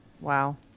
Wow